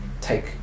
take